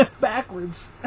backwards